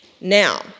Now